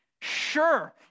Sure